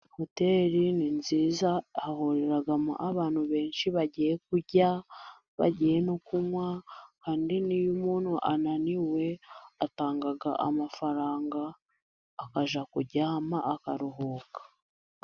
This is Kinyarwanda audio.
Hoteli ni nziza huriramo abantu benshi bagiye kurya, bagiye no kunywa, kandi niyo umuntu ananiwe atanga amafaranga akajya kuryama, akaruhuka.